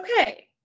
okay